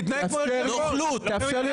------ נוכלות.